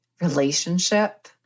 relationship